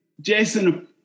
Jason